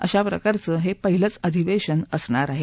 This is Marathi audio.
अशा प्रकारचं हे पहिलेच अधिवेशन असणार आहे